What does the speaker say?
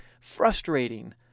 frustrating